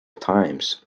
times